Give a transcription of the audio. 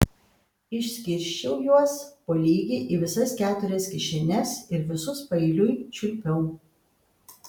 išskirsčiau juos po lygiai į visas keturias kišenes ir visus paeiliui čiulpiau